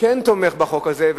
כן תומך בחוק הזה,